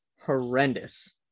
horrendous